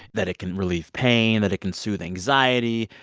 that it can relieve pain, that it can soothe anxiety.